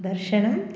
दर्शनम्